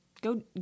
Go